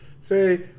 Say